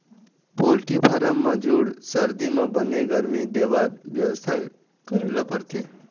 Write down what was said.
poultry farm म जूड़ सरदी म बने गरमी देबर बेवस्था करे ल परथे